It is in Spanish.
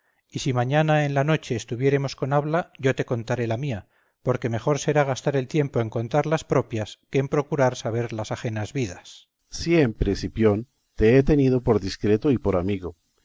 y si mañana en la noche estuviéremos con habla yo te contaré la mía porque mejor será gastar el tiempo en contar las propias que en procurar saber las ajenas vidas berganza siempre cipión te he tenido por discreto y por amigo